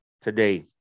today